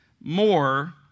more